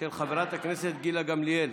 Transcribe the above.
של חברת הכנסת גילה גמליאל.